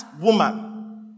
woman